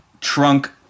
trunk